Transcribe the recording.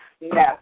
no